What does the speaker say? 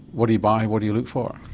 what are you buying, what do you look for?